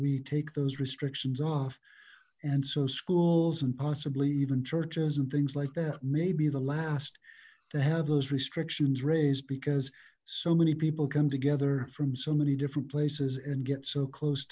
we take those restrictions off and so schools and possibly even churches and things like that may be the last to have those restrictions raised because so many people come together from so many different places and get so close